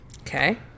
Okay